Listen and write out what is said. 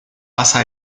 pasa